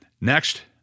Next